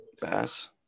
Bass